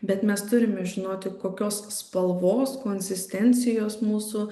bet mes turime žinoti kokios spalvos konsistencijos mūsų